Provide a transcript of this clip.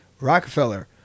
Rockefeller